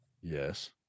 Yes